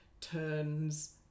turns